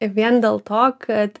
vien dėl to kad